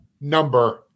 number